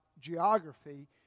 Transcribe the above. geography